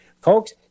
Folks